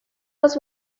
was